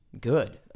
good